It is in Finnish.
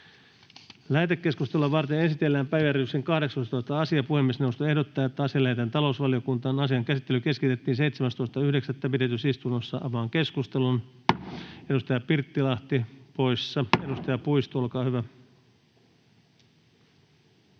Lähetekeskustelua varten esitellään päiväjärjestyksen 18. asia. Puhemiesneuvosto ehdottaa, että asia lähetetään talousvaliokuntaan. Asian käsittely keskeytettiin 17.9. pidetyssä istunnossa. Avaan keskustelun. Edustaja Puisto, olkaa hyvä.